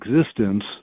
existence